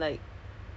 ya